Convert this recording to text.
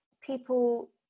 people